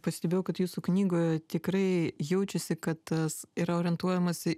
pastebėjau kad jūsų knygoj tikrai jaučiasi kad tas yra orientuojamasi